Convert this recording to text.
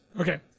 Okay